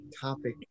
topic